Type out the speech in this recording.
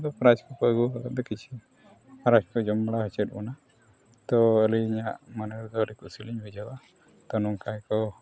ᱟᱫᱚ ᱯᱨᱟᱭᱤᱡᱽ ᱠᱚᱠᱚ ᱟᱹᱜᱩ ᱟᱠᱟᱫᱟ ᱠᱤᱪᱷᱩ ᱯᱨᱟᱭᱤᱡᱽ ᱠᱚ ᱡᱚᱢ ᱵᱟᱲᱟ ᱦᱚᱪᱚᱭᱮᱫ ᱵᱚᱱᱟ ᱛᱚ ᱟᱹᱞᱤᱧᱟᱜ ᱢᱚᱱᱮ ᱛᱮᱫᱚ ᱟᱹᱰᱤ ᱠᱩᱥᱤᱞᱤᱧ ᱵᱩᱡᱷᱟᱹᱣᱟ ᱛᱳ ᱱᱚᱝᱠᱟ ᱜᱮᱠᱚ